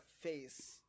face